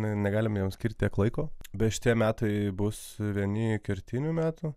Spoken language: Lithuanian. ne negalime jiems skirti laiko šitie metai bus vieni kertinių metų